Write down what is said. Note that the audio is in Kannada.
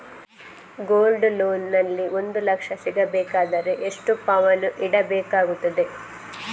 ಗೋಲ್ಡ್ ಲೋನ್ ನಲ್ಲಿ ಒಂದು ಲಕ್ಷ ಸಿಗಬೇಕಾದರೆ ಎಷ್ಟು ಪೌನು ಇಡಬೇಕಾಗುತ್ತದೆ?